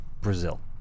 Brazil